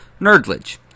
Nerdledge